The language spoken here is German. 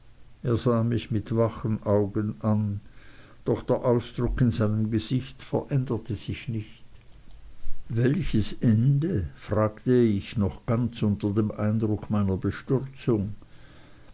er sah mich an mit wachen augen doch der ausdruck in seinem gesicht veränderte sich nicht welches ende fragte ich noch ganz unter dem eindruck meiner bestürzung